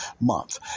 month